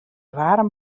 waarm